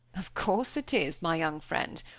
of course it is, my young friend.